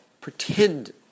pretend